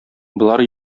болар